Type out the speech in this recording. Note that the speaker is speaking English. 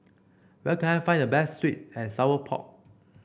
where can I find the best sweet and Sour Pork